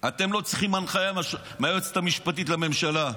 אתם ללא צריכים הנחיה מהיועצת המשפטית לממשלה.